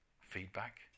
feedback